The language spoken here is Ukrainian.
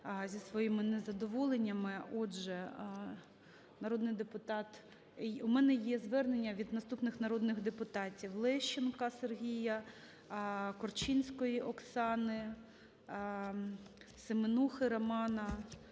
зі своїми незадоволеннями. Отже, народний депутат… У мене є звернення від наступних народних депутатів: Лещенка Сергія, Корчинської Оксани, Семенухи Романа,